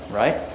right